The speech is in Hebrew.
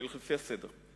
אני הולך לפי הסדר.